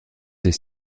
des